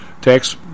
tax